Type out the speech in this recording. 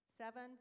seven